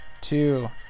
two